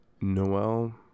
Noel